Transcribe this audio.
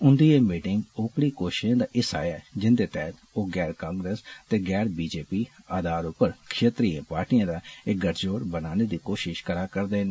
उंदी एह् मीटिंग ओकड़ी कोषषे दा हिस्सा ऐ जिंदे तैह्त ओह गैर कांग्रेस ते गैर बीजेपी आधार उप्पर क्षेत्रीय पार्टिएं दा इक गठजोड़ बनाने दी कोषष करा'रदे न